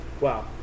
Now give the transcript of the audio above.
wow